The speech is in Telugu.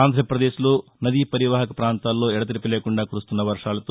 ఆంధ్రాపదేశ్ లో నదీ పరీవాహక ప్రాంతాల్లో ఎడతెరిపి లేకుండా కురుస్తున్న వర్షాలతో